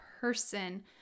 person